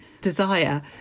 desire